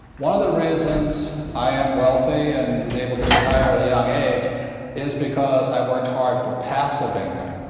one of the reasons i am wealthy and was able to retire at a young age is because i worked hard for passive income,